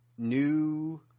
New